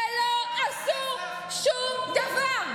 ולא עשו שום דבר.